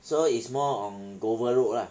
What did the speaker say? so it's more on dover road lah